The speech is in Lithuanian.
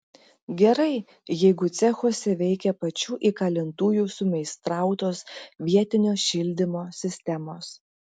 gerai jeigu cechuose veikia pačių įkalintųjų sumeistrautos vietinio šildymo sistemos